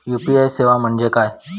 UPI सेवा म्हणजे काय?